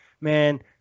man